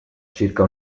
circa